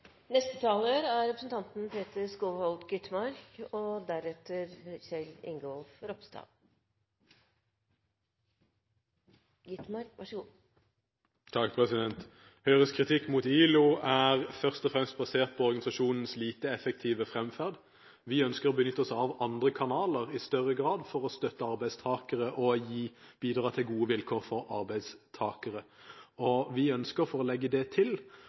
Høyres kritikk mot ILO er først og fremst basert på organisasjonens manglende effektivitet. Vi ønsker å benytte oss av andre kanaler i større grad for å støtte arbeidstakere og bidra til gode vilkår for arbeidstakere. Vi ønsker, for å legge det til,